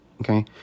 okay